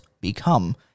become